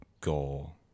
goal